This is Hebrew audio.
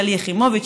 שלי יחימוביץ,